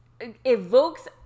evokes